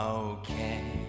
okay